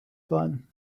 fun